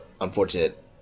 unfortunate